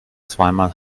zweimal